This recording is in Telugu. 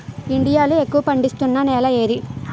ఇండియా లో ఎక్కువ పండిస్తున్నా నేల ఏది?